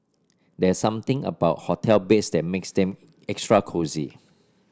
there something about hotel beds that makes them extra cosy